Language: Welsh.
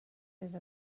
iddo